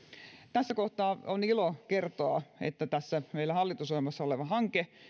tässä kohtaa on ilo kertoa että tässä meillä hallitusohjelmassa oleva hanke